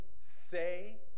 say